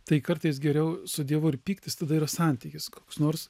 tai kartais geriau su dievu ir pyktis tada yra santykis koks nors